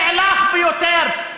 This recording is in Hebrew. הנאלח ביותר,